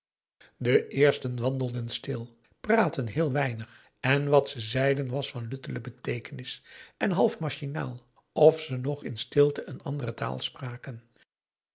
de eersten wandelden stil praatten heel weinig en wat ze zeiden was van luttele beteekenis en half machinaal of ze nog in stilte een andere taal spraken